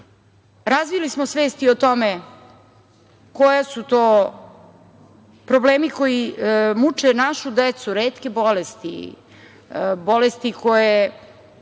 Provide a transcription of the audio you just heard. Razvili smo svest i o tome koji su to problemi koji muče našu decu, retke bolesti, bolesti koje